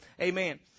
Amen